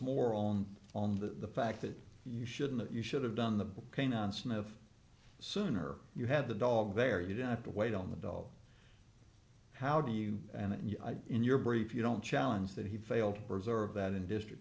more on on the fact that you shouldn't you should have done the pain and snow of the sooner you had the dog there you didn't have to wait on the dole how do you and in your brief you don't challenge that he failed reserve that in district